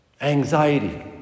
anxiety